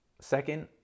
Second